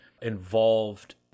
involved